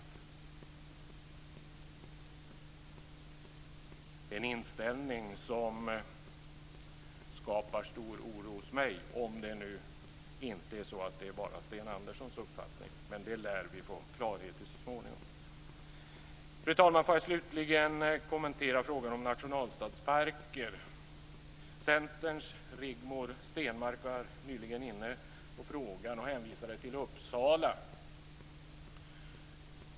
Det är en inställning som skapar stor oro hos mig, om det nu inte är så att det bara är Sten Anderssons uppfattning, men det lär vi få klarhet i så småningom. Fru talman! Får jag slutligen kommentera frågan om nationalstadsparker. Centerns Rigmor Stenmark var nyligen inne på frågan och hänvisade till Uppsala.